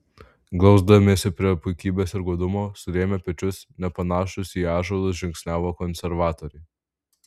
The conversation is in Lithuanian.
glausdamiesi prie puikybės ir godumo surėmę pečius nepanašūs į ąžuolus žingsniavo konservatoriai